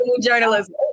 Journalism